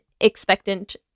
expectant